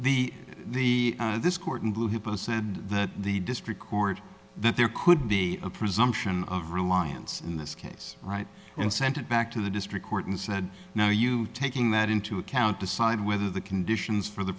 is the the this cordon bleu hippo said that the district court that there could be a presumption of reliance in this case right and sent it back to the district court and said now you are taking that into account decide whether the conditions for the